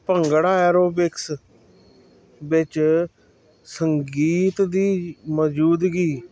bhangra aerobics ਵਿੱਚ ਸੰਗੀਤ ਦੀ ਮੌਜੂਦਗੀ